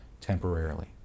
temporarily